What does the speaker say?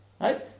Right